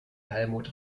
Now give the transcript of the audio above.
helmut